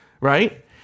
Right